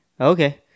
Okay